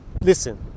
listen